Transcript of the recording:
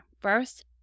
First